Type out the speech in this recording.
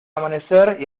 amanecer